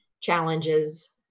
challenges